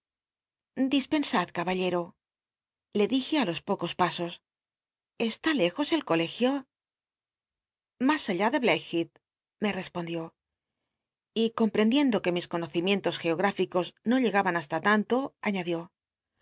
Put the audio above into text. dispensad caballero le dij e i los pocos paso eshi lejos el colegio ifas allá de lllackhea th me respondió y comprendiendo que mis conocimientos geogn'tficos no llegaban hasla tanto aiíadió